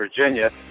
Virginia